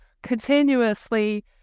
continuously